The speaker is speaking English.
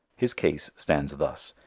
his case stands thus.